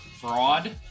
fraud